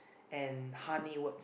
and honey words